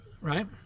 right